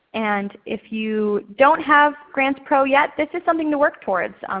and if you don't have grants pro yet this is something to work towards.